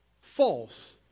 False